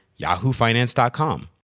yahoofinance.com